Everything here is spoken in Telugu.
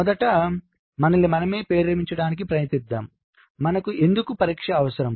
మొదట మనల్ని మనమే ప్రేరేపించడానికి ప్రయత్నిద్దాం మనకు ఎందుకు పరీక్ష అవసరం